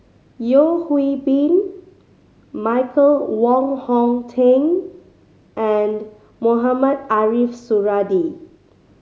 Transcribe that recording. Yeo Hwee Bin Michael Wong Hong Teng and Mohamed Ariff Suradi